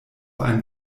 ein